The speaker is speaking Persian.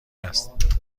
است